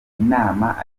inama